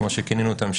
כפי שכינינו אותם,